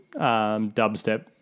dubstep